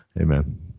Amen